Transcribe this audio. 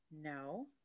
No